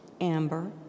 Amber